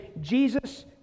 Jesus